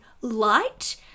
light